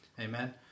Amen